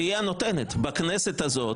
והיא הנותנת בכנסת הזאת,